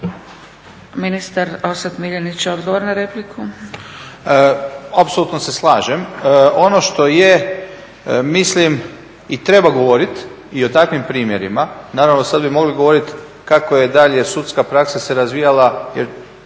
Ministar Orsat Miljenić odgovor na repliku.